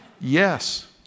Yes